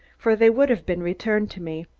for they would have been returned to me.